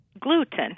gluten